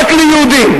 רק ליהודים.